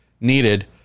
needed